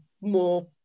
more